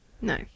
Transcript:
No